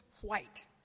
white